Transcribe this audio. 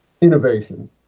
innovation